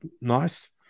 nice